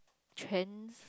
trends